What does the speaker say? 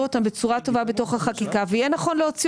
אותם בצורה טובה בתוך החקיקה ויהיה נכון להוציא